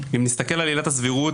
אם נסתכל על עילת הסבירות,